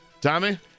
Tommy